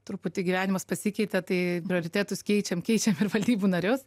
truputį gyvenimas pasikeitė tai prioritetus keičiam keičiam ir valdybų narius